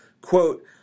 quote